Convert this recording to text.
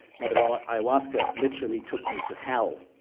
mother ah ah ayahuasca literally took me to hell,